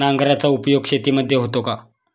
नांगराचा उपयोग शेतीमध्ये होतो का?